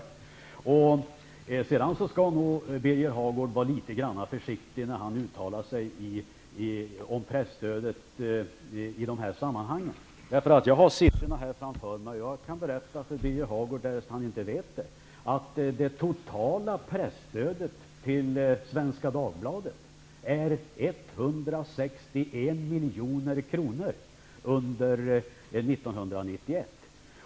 Sedan skall nog Birger Hagård vara litet grand försiktig, när han uttalar sig om presstödet i de här sammanhangen. Jag har siffrorna framför mig och kan berätta för Birger Hagård, därest han inte vet det, att det totala presstödet till Svenska Dagbladet var 161 milj.kr. under 1991.